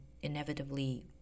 inevitably